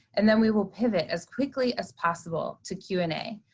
and then we will pivot as quickly as possible to q and a.